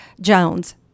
Jones